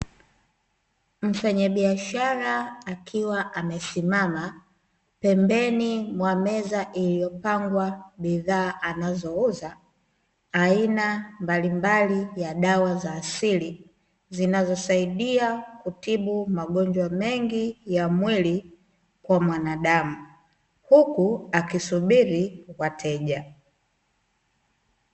Mfanya biashara akiwa amesimama pembeni mwa meza iliyopangwa bidhaa anazouza, aina mbalimbali ya dawa za asili zinazosaidia kutibu magonjwa mengi ya mwili wa mwanadamu, huku akisubiri wateja.